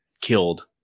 killed